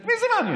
את מי זה מעניין?